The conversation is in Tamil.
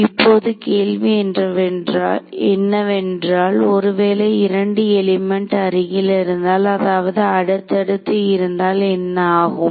இப்போது கேள்வி என்னவென்றால் ஒருவேளை 2 எலிமெண்ட் அருகில் இருந்தால் அதாவது அடுத்தடுத்து இருந்தால் என்ன ஆகும்